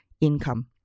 income